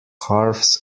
harps